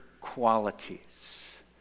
qualities